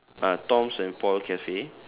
uh tom's and paul cafe